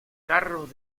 carros